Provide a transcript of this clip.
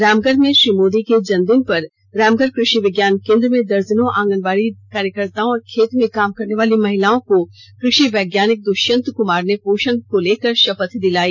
रामगढ़ में श्री मोदी के जन्मदिन पर रामगढ़ कृषि विज्ञान केंद्र में दर्जनों आंगनबाड़ी कार्यकर्ताओं और खेत मे काम करनेवाली महिलाओं को कृषि र्वैज्ञानिक दुष्यंत कुमार ने पोषण को लेकर शपथ दिलाई